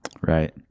right